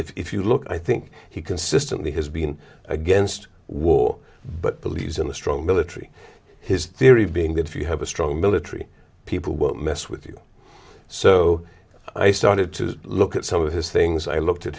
if you look i think he consistently has been against war but the leaders in the strong military his theory being that if you have a strong military people won't mess with you so i started to look at some of his things i looked at